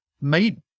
made